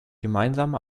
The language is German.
gemeinsame